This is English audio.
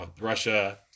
Russia